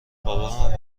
بابامو